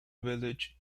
village